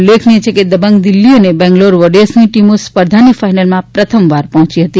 ઉલ્લેખનિય છે કે દબંગ દિલ્હી અને બેંગ્લોર વોરિયર્સની ટીમો સ્પર્ધાની ફાઈનલમાં પ્રથમવાર પફોંચી ફતી